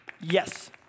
Yes